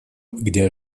где